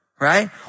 right